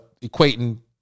equating